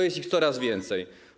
Jest ich coraz więcej.